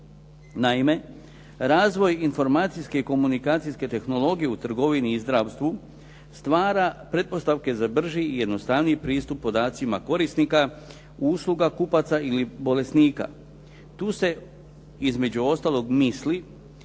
Naime, razvoj informacijske komunikacijske tehnologije u trgovini i zdravstvu stvara pretpostavke za brži i jednostavniji pristup podacima korisnika, usluga kupaca ili bolesnika. Tu se između ostalog misli